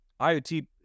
IoT